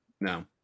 No